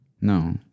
No